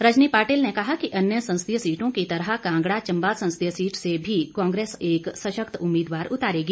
रजनी पाटिल ने कहा कि अन्य संसदीय सीटों की तरह कांगड़ा चंबा संसदीय सीट से भी कांग्रेस एक सशक्त उम्मीदवार उतारेगी